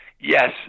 Yes